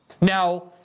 Now